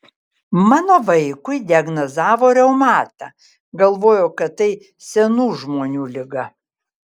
mano vaikui diagnozavo reumatą galvojau kad tai senų žmonių liga